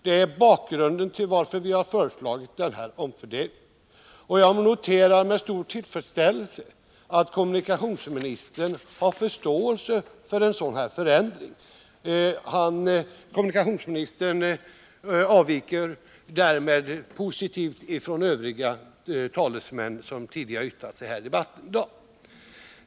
Det är bakgrunden till att vi har föreslagit denna omfördelning. Jag noterar med stor tillfredsställelse att kommunikationsministern har förståelse för en sådan här förändring. Kommunikationsministern avviker därmed positivt från de talesmän som tidigare yttrat sig i debatten i dag.